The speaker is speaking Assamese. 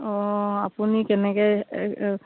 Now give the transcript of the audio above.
অঁ আপুনি কেনেকৈ